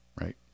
right